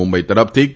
મુંબઇ તરફથી કે